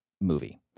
movie